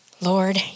Lord